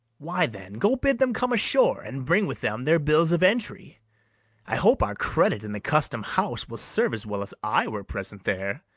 why, then, go bid them come ashore, and bring with them their bills of entry i hope our credit in the custom-house will serve as well as i were present there.